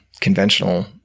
conventional